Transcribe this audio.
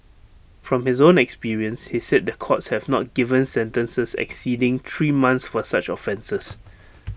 from his own experience he said the courts have not given sentences exceeding three months for such offences